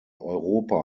europa